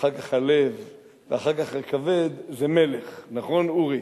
אחר כך הלב ואחר כך הכבד, זה מלך, נכון, אורי?